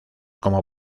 como